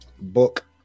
book